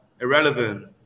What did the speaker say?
irrelevant